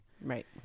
Right